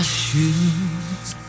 shoes